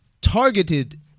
targeted